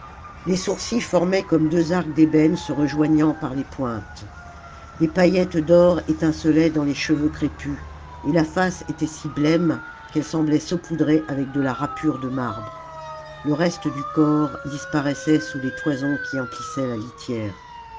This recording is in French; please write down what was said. les sourcils formaient comme deux arcs d'ébène se rejoignant par les pointes des paillettes d'or étincelaient dans les cheveux crépus et la face était si blême qu'elle semblait saupoudrée avec de la râpure de marbre le reste du corps disparaissait sous les toisons qui emplissaient la litière